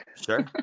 sure